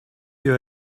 you